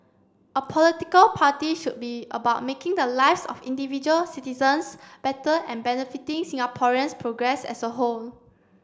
a political party should be about making the lives of individual citizens better and benefiting Singaporeans progress as a whole